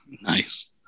Nice